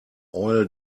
oil